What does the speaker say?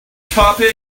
topic